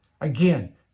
Again